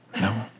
No